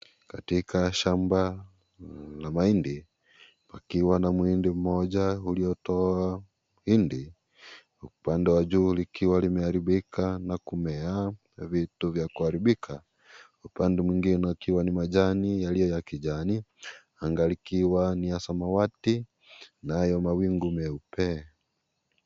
Katika shamba la mahindi pakiwa na mahindi moja iliyotoa hindi, upande wa juu likiwa limeharibika na kumea vitu vya kuharikbika. Upande mwingine ikiwa ni majani yaliyo ya kijani anga likiwa ni ya samawati nayo mawingu meupe.